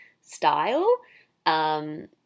style